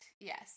Yes